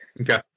Okay